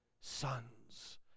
sons